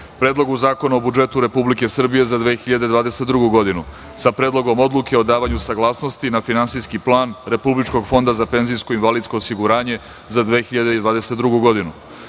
Predlogu zakona o budžetu Republike Srbije za 2022. godinu, sa Predlogom odluke o davanju saglasnosti na Finansijski plan Republičkog fonda za penzijsko i invalidsko osiguranje za 2022. godinu,